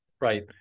Right